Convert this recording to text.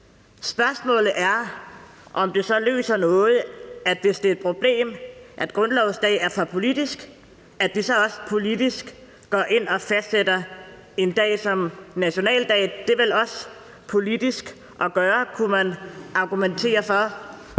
Spørgsmålet er så, om det her løser noget, for hvis det er et problem, at grundlovsdag er for politisk, er det vel også politisk at gå ind og fastsætte en dag som nationaldag. Det er vel også politisk, kunne man argumentere for.